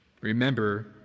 Remember